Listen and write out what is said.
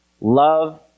love